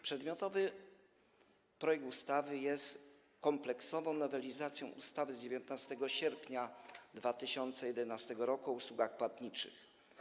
Przedmiotowy projekt ustawy jest kompleksową nowelizacją ustawy z dnia 19 sierpnia 2011 r. o usługach płatniczych.